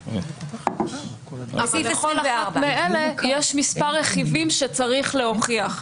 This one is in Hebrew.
בסעיף 24 --- בכל אחת מאלה יש מספר רכיבים שצריך להוכיח.